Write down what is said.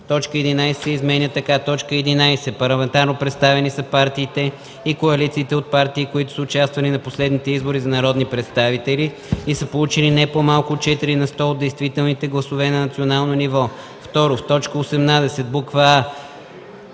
Точка 11 се изменя така: „11. „Парламентарно представени” са партиите и коалициите от партии, които са участвали на последните избори за народни представители и са получили не по-малко от 4 на сто от действителните гласове на национално ниво.” 2. В т. 18: а) в буква